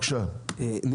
לך